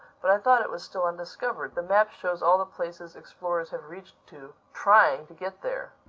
but i thought it was still undiscovered. the map shows all the places explorers have reached to, trying to get there.